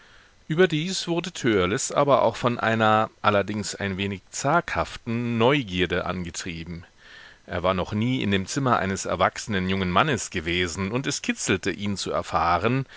überdies wurde törleß aber auch von einer allerdings ein wenig zaghaften neugierde angetrieben er war noch nie in dem zimmer eines erwachsenen jungen mannes gewesen und es kitzelte ihn zu erfahren